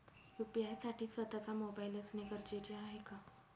UPI साठी स्वत:चा mobile असणे गरजेचे आहे का?